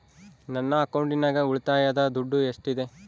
ನನ್ನ ಅಕೌಂಟಿನಾಗ ಉಳಿತಾಯದ ದುಡ್ಡು ಎಷ್ಟಿದೆ?